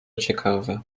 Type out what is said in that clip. ciekawe